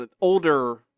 older